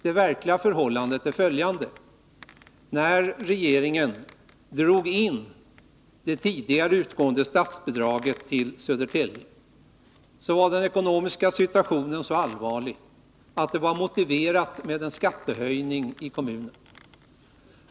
Det verkliga förhållandet är följande. När regeringen drog in det tidigare utgående statsbidraget till Södertälje, var den ekonomiska situationen så allvarlig att det var motiverat med en skattehöjning i kommunen.